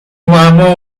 معما